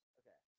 okay